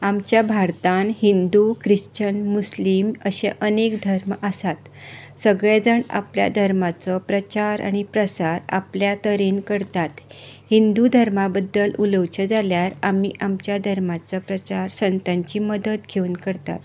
आमच्या भारतान Hindu Christian Muslim अशे अनेक धर्म आसात सगळे जाण आपल्या धर्माचो प्रचार आनी प्रसार आपल्या तरेन करतात हिंदू धर्मा बद्दल उलोवचें जाल्यार आमी आमच्या धर्माचो प्रचार संतांची मदत घेवन करतात